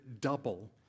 double